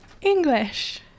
English